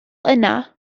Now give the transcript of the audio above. yna